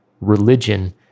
religion